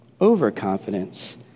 overconfidence